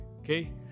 Okay